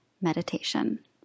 Meditation